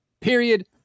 Period